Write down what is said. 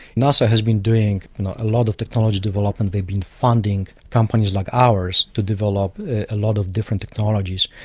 nasa has been doing a lot of technology development, they've been funding companies like ours to develop a lot of different technologies.